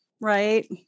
right